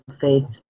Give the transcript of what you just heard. faith